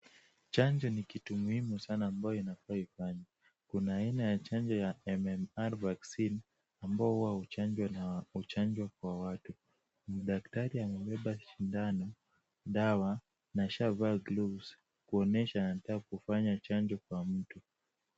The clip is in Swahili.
Chanjo ni kitu muhimu sana ambayo inafaa ifanywe. Kuna aina ya chanjo ya MMR vaccine , ambayo huwa inachanjwa kwa watu. Daktari amebeba shindano, dawa na ashavaa gloves kuonyesha anataka kufanya chanjo kwa mtu.